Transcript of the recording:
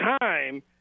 time